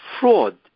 fraud